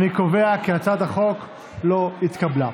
אני קובע כי הצעת החוק לא התקבלה.